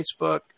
Facebook